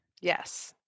Yes